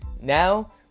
Now